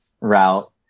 route